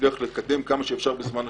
להצליח לקדם בזמן שירותם,